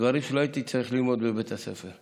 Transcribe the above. דברים שלא הייתי צריך ללמוד בבית הספר.